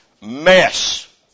mess